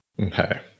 Okay